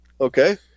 Okay